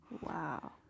Wow